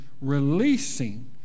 releasing